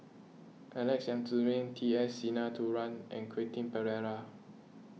Alex Yam Ziming T S Sinnathuray and Quentin Pereira